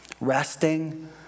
resting